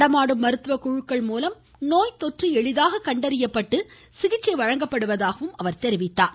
நடமாடும் மருத்துவக்குழுக்கள் மூலம் நோய் தொற்று எளிதாக கண்டறியப்பட்டு சிகிச்சை வழங்கப்படுவதாகவும் கூறினார்